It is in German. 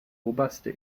oberste